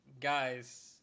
Guys